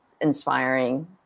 inspiring